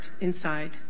inside